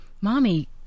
Mommy